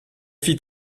fit